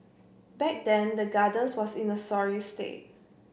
back then the Gardens was in a sorry state